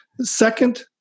Second